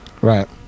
Right